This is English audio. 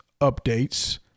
updates